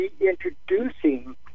reintroducing